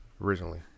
originally